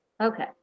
Okay